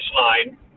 line